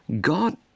God